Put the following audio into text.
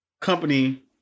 company